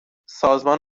سازمان